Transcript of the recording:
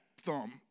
thumb